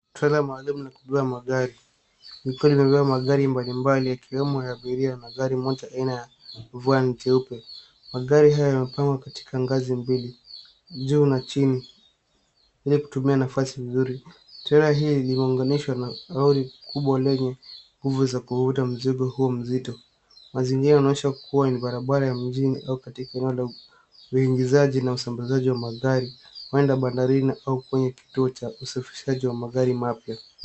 Trela maalum la kubeba magari likiwa limebeba magari mbalimbali yakiwemo ya abiria na gari moja aina ya Van jeupe. Magari haya yamepangwa katika ngazi mbili juu na chini ili kutumia nafasi vizuri. Trela hii imeunganishwa na lori kubwa lenye nguvu za kuvuta mzigo huu mzito. Mazingira inaonyesha kuwa ni barabara ya mjini au katika eneo la uingizaji na usambazaji wa magari huenda bandarini au kwenye kituo cha usafirishaji wa magari mapya.